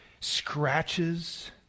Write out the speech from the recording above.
scratches